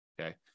Okay